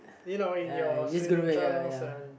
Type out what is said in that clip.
you know in your swimming trunks and